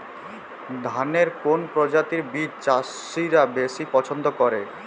ধানের কোন প্রজাতির বীজ চাষীরা বেশি পচ্ছন্দ করে?